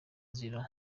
nzira